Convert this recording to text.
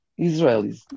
Israelis